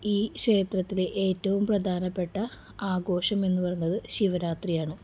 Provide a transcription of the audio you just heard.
ഈ ക്ഷേത്രത്തിലെ ഏറ്റവും പ്രധാനപ്പെട്ട ആഘോഷം എന്ന് പറയുന്നത് ശിവരാത്രിയാണ്